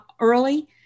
early